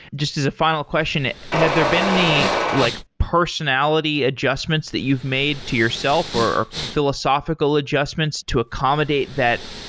just as a final question, have there been any like personality adjustments that you've made to yourself or philosophical adjustments to accommodate that?